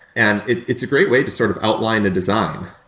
and it's a great way to sort of outline the design.